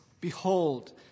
Behold